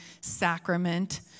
sacrament